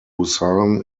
busan